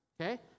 Okay